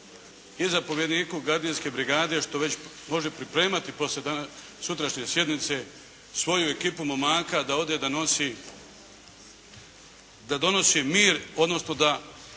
i zapovjedniku gardijske brigade što već može pripremati poslije sutrašnje sjednice svoju ekipu momaka da ode da nosi, da donosi mir, odnosno da